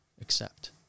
accept